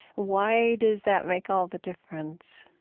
why does that make all the difference?